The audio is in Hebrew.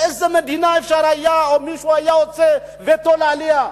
באיזו מדינה מישהו היה עושה וטו על עלייה?